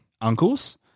Uncles